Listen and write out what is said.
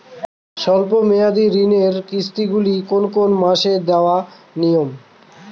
স্বল্প মেয়াদি ঋণের কিস্তি গুলি কোন কোন মাসে দেওয়া নিয়ম?